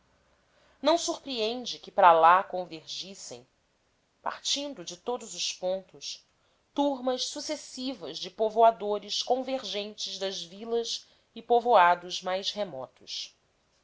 não surpreende que para lá convergissem partindo de todos os pontos turmas sucessivas de povoadores convergentes das vilas e povoados mais remotos